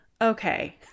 okay